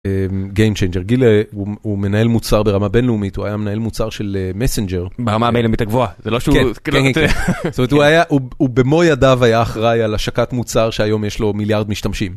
גיים צ'יינג'ר. גיל הוא מנהל מוצר ברמה בינלאומית הוא היה מנהל מוצר של מסנג'ר. ברמה המנהלית הגבוהה זה לא שהוא. כן זאת אומרת הוא במו ידיו היה אחראי על השקת מוצר שהיום יש לו מיליארד משתמשים.